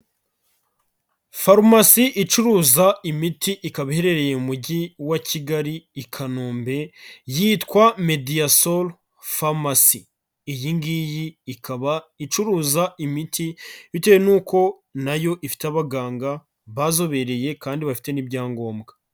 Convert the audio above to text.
Farumasi icuruza imiti ikaba iherereye mu Mujyi wa Kigali i Kanombe, yitwa Mediasor Pharmacy. Iyi ngiyi ikaba icuruza imiti bitewe nuko na yo ifite abaganga bazobereye kandi bafite n'ibyangombwa.